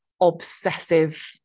obsessive